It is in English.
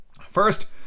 First